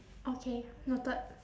okay noted